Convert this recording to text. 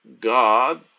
God